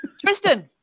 Tristan